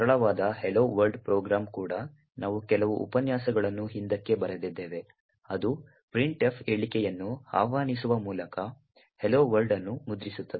ಸರಳವಾದ Hello World program ಕೂಡ ನಾವು ಕೆಲವು ಉಪನ್ಯಾಸಗಳನ್ನು ಹಿಂದಕ್ಕೆ ಬರೆದಿದ್ದೇವೆ ಅದು printf ಹೇಳಿಕೆಯನ್ನು ಆಹ್ವಾನಿಸುವ ಮೂಲಕ "hello world" ಅನ್ನು ಮುದ್ರಿಸುತ್ತದೆ